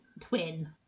twin